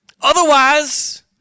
Otherwise